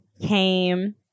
came